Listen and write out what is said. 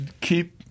keep